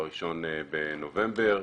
ב-1 בנובמבר,